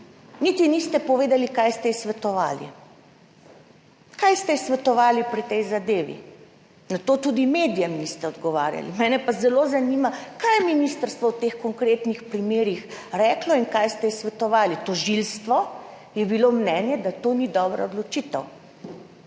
Niti niste povedali kaj ste ji svetovali, kaj ste ji svetovali pri tej zadevi, na to tudi medijem niste odgovarjali. Mene pa zelo zanima kaj je ministrstvo v teh konkretnih primerih reklo in kaj ste ji svetovali. Tožilstvo je bilo mnenja, da to ni dobra odločitev.